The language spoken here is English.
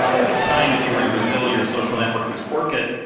ah at the time, if you were in brazil, your social network was orkut,